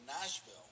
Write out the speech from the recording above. Nashville